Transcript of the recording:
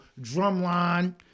Drumline